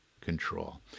control